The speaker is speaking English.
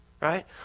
right